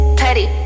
petty